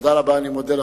תודה רבה, אני מודה לכם.